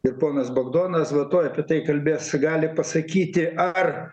ir ponas bagdonas va tuoj apie tai kalbės gali pasakyti ar